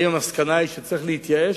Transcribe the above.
האם המסקנה היא שצריך להתייאש?